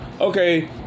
okay